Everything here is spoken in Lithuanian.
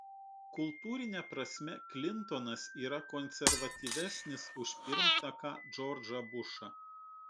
kultūrine prasme klintonas yra konservatyvesnis už pirmtaką džordžą bušą